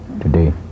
today